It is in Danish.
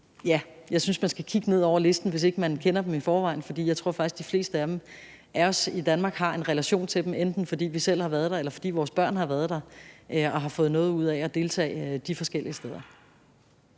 Ja, jeg synes, man skal kigge ned over listen, hvis ikke man kender dem i forvejen, for jeg tror faktisk, at de fleste af os i Danmark har en relation til dem, enten fordi vi selv har været der, eller fordi vores børn har været der og har fået noget ud af at deltage de forskellige steder.